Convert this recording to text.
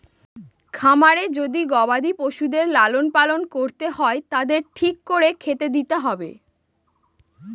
খামারে যদি গবাদি পশুদের লালন পালন করতে হয় তাদের ঠিক করে খেতে দিতে হবে